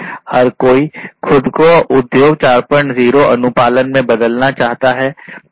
हर कोई खुद को उद्योग 40 अनुपालन में बदलना चाहता है